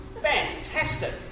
fantastic